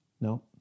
No